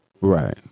Right